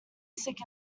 sick